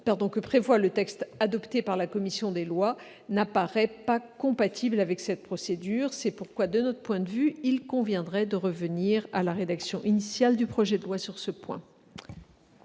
que prévoit le texte adopté par la commission des lois, ne paraît pas compatible avec cette procédure. C'est pourquoi, de notre point de vue, il conviendrait de revenir sur ce point à la rédaction initiale du présent projet de loi.